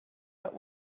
but